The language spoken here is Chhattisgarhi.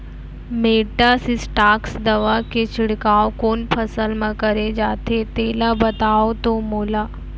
मेटासिस्टाक्स दवा के छिड़काव कोन फसल म करे जाथे तेला बताओ त मोला?